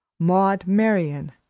maud marian,